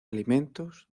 alimentos